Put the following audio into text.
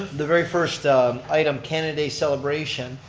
the very first item, canada day celebration.